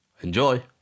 enjoy